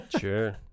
Sure